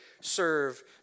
serve